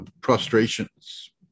prostrations